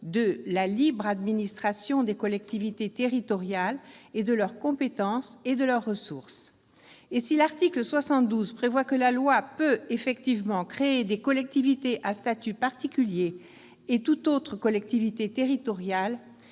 de « la libre administration des collectivités territoriales, de leurs compétences et de leurs ressources ». Et si l'article 72 prévoit que la loi peut créer des collectivités à statut particulier et toute autre collectivité territoriale,